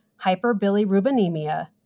hyperbilirubinemia